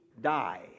die